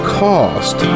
cost